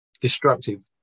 destructive